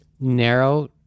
narrow